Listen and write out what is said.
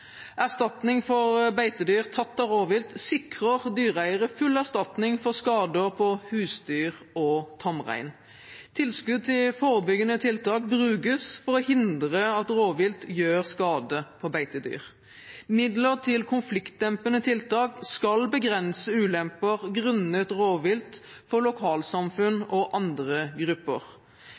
Erstatning for beitedyr tatt av rovvilt sikrer dyreeiere full erstatning for skader på husdyr og tamrein. Tilskudd til forebyggende tiltak brukes for å hindre at rovvilt gjør skade på beitedyr. Midler til konfliktdempende tiltak skal begrense ulemper grunnet rovvilt for lokalsamfunn og andre grupper.